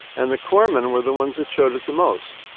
and the corpsmen were the ones that showed it the most.